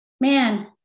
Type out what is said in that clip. Man